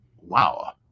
Wow